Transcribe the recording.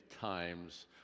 times